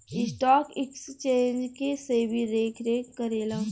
stock exchange के सेबी देखरेख करेला